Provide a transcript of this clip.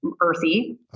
earthy